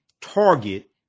target